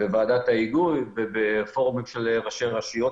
בוועדת ההיגוי ובפורום ראשי הרשויות